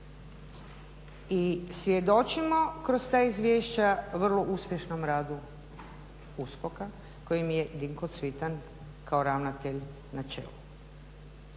I svjedočimo kroz ta izvješća vrlo uspješnom radu USKOK-a kojim je Dinko Cvitan kao ravnatelj na čelu.